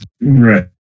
Right